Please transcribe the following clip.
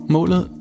Målet